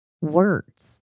words